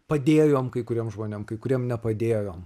padėjom kai kuriem žmonėm kai kuriem nepadėjom